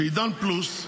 שעידן פלוס,